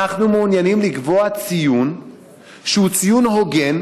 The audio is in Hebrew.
אנחנו מעוניינים לקבוע ציון שהוא ציון הוגן